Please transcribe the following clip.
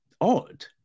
odd